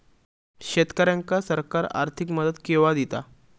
शेतकऱ्यांका सरकार आर्थिक मदत केवा दिता?